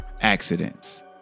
accidents